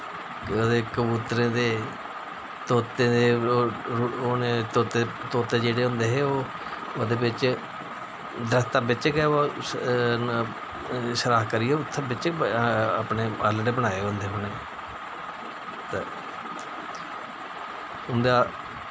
ओह्दे कबूतरें दे तोतें दे होने तोतें दे तोते जेहड़े होंदे हे ओह् ओह्दे बिच्च दरखत बिच्च गै उन्न बिच्च सराख करियै उत्थै बिच्च आह्लड़े बनाए दे होंदे हे ते उं'दा